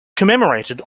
commemorated